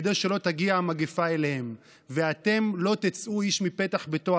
כדי שלא שתגיע המגפה אליהם: "ואתם לא תצאו איש מפתח ביתו